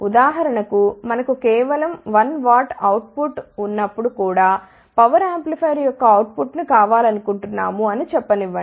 ఉదాహరణకుమనకు కేవలం 1 W output ఉన్నప్పుడు కూడా పవర్ యాంప్లిఫైయర్ యొక్క అవుట్పుట్ను కొలవాలనుకుంటున్నాము అని చెప్పనివ్వండి